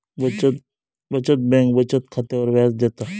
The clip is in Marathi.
बचत बँक बचत खात्यावर व्याज देता